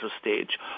stage